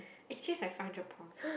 and he changed like five hundred pounds